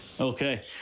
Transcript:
Okay